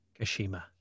Kashima